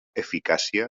eficàcia